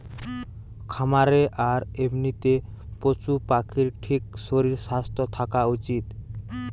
খামারে আর এমনিতে পশু পাখির ঠিক শরীর স্বাস্থ্য থাকা উচিত